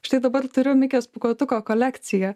štai dabar turiu mikės pūkuotuko kolekciją